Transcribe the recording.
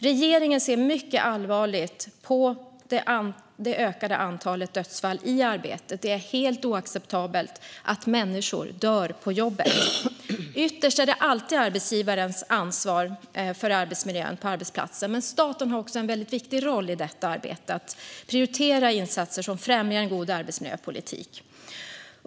Regeringen ser mycket allvarligt på det ökade antalet dödsfall i arbetet. Det är helt oacceptabelt att människor dör på jobbet. Ytterst är det alltid arbetsgivaren som har ansvar för arbetsmiljön på arbetsplatsen, men staten har också en väldigt viktig roll i detta arbete att prioritera insatser som främjar en god arbetsmiljöpolitik.